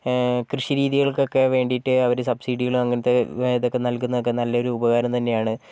ഏഹ് കൃഷിരീതികൾക്കൊക്കെ വേണ്ടീട്ട് അവർ സബ്സിഡികളും അങ്ങനത്തെ ഇതൊക്കെ നൽകുന്നതൊക്കെ നല്ലൊരു ഉപകാരം തന്നെയാണ്